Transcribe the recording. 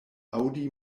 aŭdi